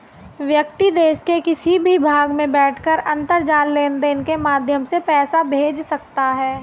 व्यक्ति देश के किसी भी भाग में बैठकर अंतरजाल लेनदेन के माध्यम से पैसा भेज सकता है